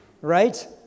right